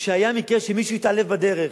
שהיה מקרה שמישהו התעלף בדרך,